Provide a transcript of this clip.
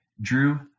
Drew